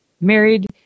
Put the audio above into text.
married